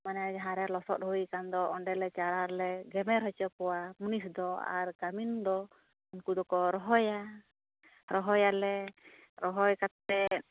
ᱢᱟᱱᱮ ᱡᱟᱸᱦᱟᱨᱮ ᱞᱚᱥᱚᱫ ᱦᱩᱭ ᱟᱠᱟᱱ ᱫᱚ ᱪᱟᱨᱟ ᱞᱮ ᱜᱮᱢᱮᱨ ᱦᱚᱪᱚ ᱠᱚᱣᱟ ᱢᱩᱱᱤᱥ ᱫᱚ ᱟᱨ ᱠᱟᱹᱢᱤᱱ ᱫᱚ ᱩᱱᱠᱩ ᱫᱚᱠᱚ ᱨᱚᱦᱚᱭᱟ ᱨᱚᱦᱚᱭᱟᱞᱮ ᱨᱚᱦᱚᱭ ᱠᱟᱛᱮᱫ